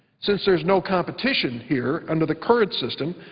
since there's no competition here under the current system,